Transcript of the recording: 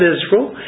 Israel